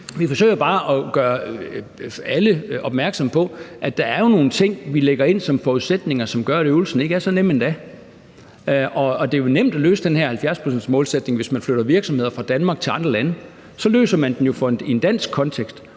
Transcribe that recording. forsøger at gøre alle opmærksom på, at der er nogle ting, vi lægger ind som forudsætninger, og som gør, at øvelsen ikke er så nem endda. Det er jo nemt at løse den her 70-procentsmålsætning, hvis man flytter virksomheder fra Danmark til andre lande. For så løser man den jo i en dansk kontekst.